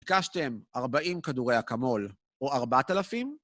ביקשתם 40 כדורי אקמול או 4,000...